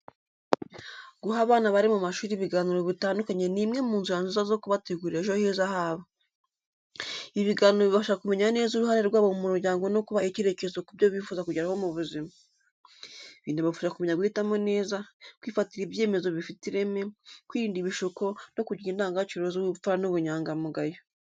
Guha abana bari mu mashuri ibiganiro bitandukanye ni imwe mu nzira nziza zo kubategurira ejo heza habo. Ibi biganiro bibafasha kumenya neza uruhare rwabo mu muryango no kubaha icyerekezo ku byo bifuza kugeraho mu buzima. Binabafasha kumenya guhitamo neza, kwifatira ibyemezo bifite ireme, kwirinda ibishuko, no kugira indangagaciro z’ubupfura n’ubunyangamugayo.